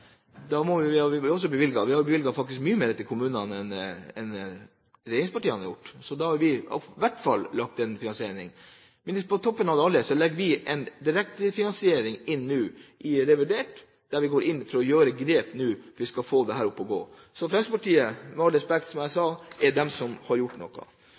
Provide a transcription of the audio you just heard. vi i hvert fall lagt inn en finansiering. Men på toppen av alt legger vi nå inn en direkte finansiering i revidert, der vi går inn for å gjøre grep for å få dette opp og gå. Så med all respekt: Fremskrittspartiet har, som jeg sa, gjort noe. Og vi kan også se litt av det ved at man, som statsråden sier, har gjort